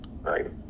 right